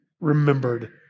remembered